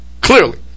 Clearly